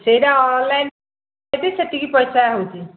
ସେଇଟା ଅନଲାଇନ୍ ସେତିକି ପଇସା ହେଉଛି